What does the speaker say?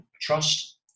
trust